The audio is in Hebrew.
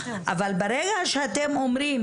אבל ברגע שאתם אומרים,